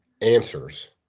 answers